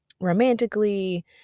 romantically